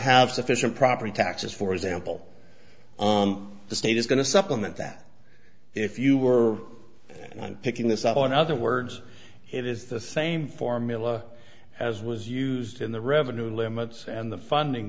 have sufficient property taxes for example the state is going to supplement that if you were picking this up on other words it is the same formula as was used in the revenue limits and the funding